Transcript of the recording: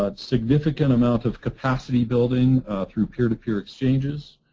ah significant amount of capacity building through peer-to-peer exchanges,